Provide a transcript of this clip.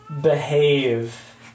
behave